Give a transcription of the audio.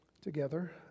together